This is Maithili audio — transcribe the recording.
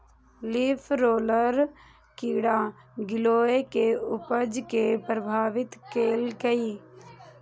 लीफ रोलर कीड़ा गिलोय के उपज कें प्रभावित केलकैए